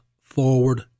forward